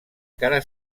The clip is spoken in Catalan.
cara